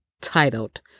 titled